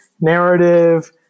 narrative